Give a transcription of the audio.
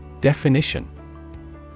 Definition